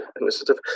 initiative